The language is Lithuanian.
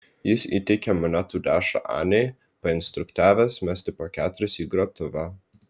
jis įteikė monetų dešrą anei painstruktavęs mesti po keturis į grotuvą